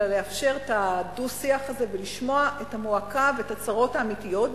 אלא לאפשר את הדו-שיח הזה ולשמוע את המועקה ואת הצרות האמיתיות,